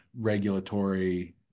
regulatory